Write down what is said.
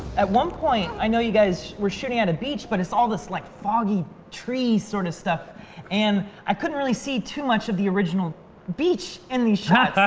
at one point i know you guys were shooting at a beach but it's all this like foggy tree sort of stuff and i couldn't really see too much of the original beach in the shot